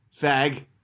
fag